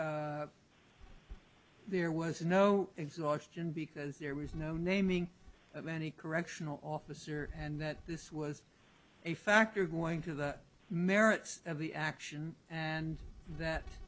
there was no exhaustion because there was no naming of any correctional officer and that this was a factor going to the merits of the action and